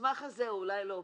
המסמך הזה אולי לא אופרטיבי,